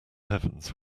heavens